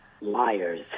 Liars